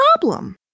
problem